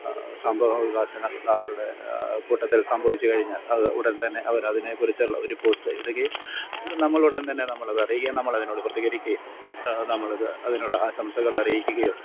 സംഭവവികാസങ്ങൾ അവരുടെ കൂട്ടത്തിൽ സംഭവിച്ചു കഴിഞ്ഞാൽ അത് ഉടൻതന്നെ അവരതിനെക്കുറിച്ചുള്ള ഒരു പോസ്റ്റ് ഇടുകയും അപ്പോൾ നമ്മൾ ഉടൻതന്നെ നമ്മൾ അതറിയുകയും നമ്മളതിനോട് പ്രതികരിക്കയും നമ്മളത് അതിനുള്ള ആശംസകൾ അറിയിക്കുകയോ